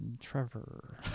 Trevor